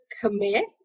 commit